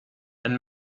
and